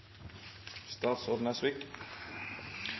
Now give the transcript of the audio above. statsråd.